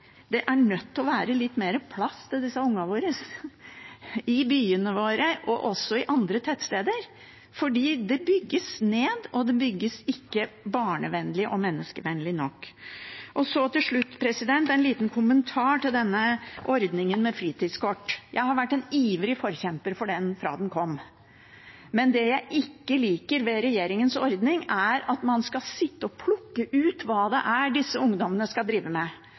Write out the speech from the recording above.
Det er nødt til å være litt mer plass til ungene våre i byene og også på andre tettsteder, for det bygges ned, og det bygges ikke barnevennlig og menneskevennlig nok. Til slutt en liten kommentar til ordningen med fritidskort. Jeg har vært en ivrig forkjemper for den fra den kom. Det jeg ikke liker ved regjeringens ordning, er at man skal sitte og plukke ut hva det er disse ungdommene skal drive med.